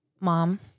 Mom—